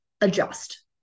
adjust